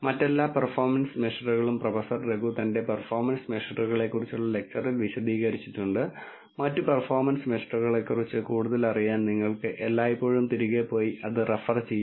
മറ്റെല്ലാ പെർഫോമൻസ് മെഷറുകളും പ്രൊഫസർ രഘു തന്റെ പെർഫോമൻസ് മെഷറുകളെക്കുറിച്ചുള്ള ലെക്ച്ചറിൽ വിശദീകരിച്ചിട്ടുണ്ട് മറ്റ് പെർഫോമൻസ് മെഷറുകളെക്കുറിച്ച് കൂടുതലറിയാൻ നിങ്ങൾക്ക് എല്ലായ്പ്പോഴും തിരികെ പോയി അത് റഫർ ചെയ്യാം